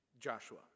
joshua